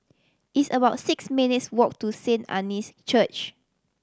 it's about six minutes' walk to Saint Anne's Church